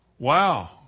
Wow